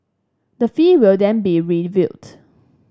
the fee will then be reviewed